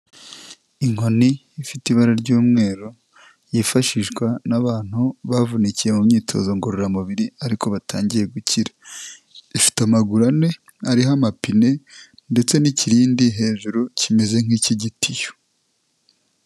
Inkoni ifite ibara ry'umweru yifashishwa n'abantu bavunikiye mu myitozo ngororamubiri ariko batangiye gukira, ifite amaguru ane ariho amapine ndetse n'ikirindi hejuru kimeze nk'ik'igitiyo.